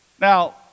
Now